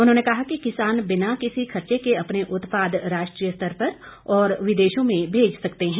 उन्होंने कहा कि किसान बिना किसी खर्चे के अपने उत्पाद राष्ट्रीय स्तर पर और विदेशों में भेज सकते हैं